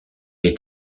est